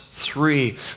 Three